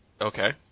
Okay